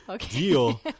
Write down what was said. deal